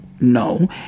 No